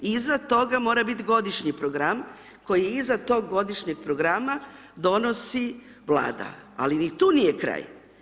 Iza toga mora biti Godišnji program, koji iza toga Godišnjeg programa donosi Vlada, ali ni tu nije kraj.